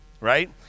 right